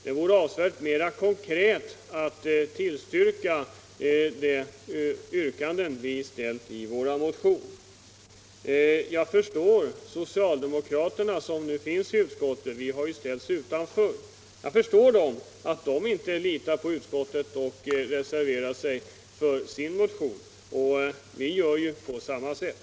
Det vore avsevärt mera konkret att tillstyrka de yrkanden som vi framställt i vår motion. Jag förstår att socialdemokraterna — som finns i utskottet; vi har ju ställts utanför — inte litar på utskottet utan reserverar sig för sin motion. Vi gör ju på samma sätt.